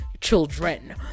children